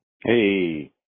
Hey